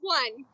one